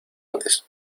antes